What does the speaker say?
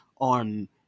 on